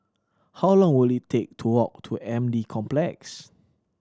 how long will it take to walk to M D Complex